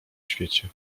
świecie